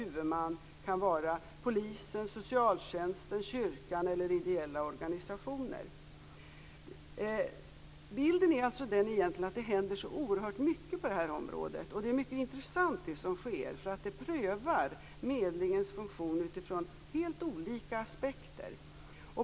Huvudman kan vara polisen, socialtjänsten, kyrkan eller ideella organisationer. Bilden är alltså egentligen den att det händer oerhört mycket på det här området, och det som sker är mycket intressant. Det prövar medlingens funktion utifrån helt olika aspekter.